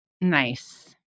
Nice